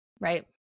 Right